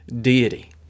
deity